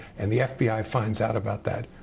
and the fbi finds out about that.